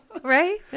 right